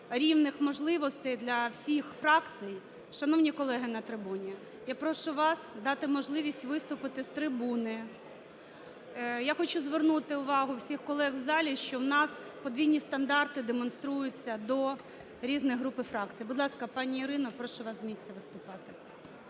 рівних можливостей для всіх фракцій. Шановні колеги на трибуні, я прошу вас дати можливість виступити з трибуни. Я хочу звернути увагу всіх колег в залі, що у нас подвійні стандарти демонструються до різних груп і фракцій. Будь ласка, пані Ірино, прошу вас з місця виступати.